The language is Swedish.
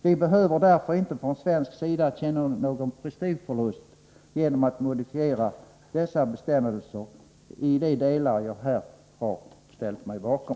Vi behöver därför inte från svensk sida känna någon prestigeförlust genom att modifiera dessa bestämmelser i de delar jag här har ställt mig bakom.